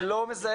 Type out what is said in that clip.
אני לא מזהה,